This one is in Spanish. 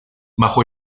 bajo